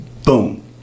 Boom